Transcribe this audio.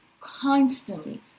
constantly